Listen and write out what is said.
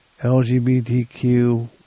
LGBTQ